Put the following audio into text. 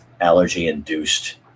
allergy-induced